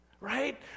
Right